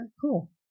cool